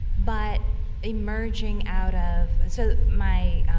but emerging out of so, my,